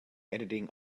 editing